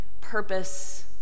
purpose